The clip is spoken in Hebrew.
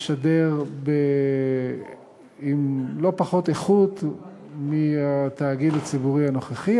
ישדר בלא פחות איכות מהתאגיד הציבורי הנוכחי,